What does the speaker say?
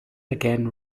again